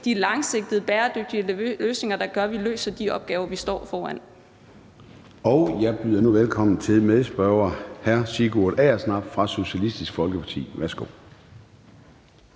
de langsigtede, bæredygtige løsninger, der gør, at vi løser de opgaver, vi står foran. Kl. 13:57 Formanden (Søren Gade): Jeg byder nu velkommen til medspørger hr. Sigurd Agersnap fra Socialistisk Folkeparti. Værsgo.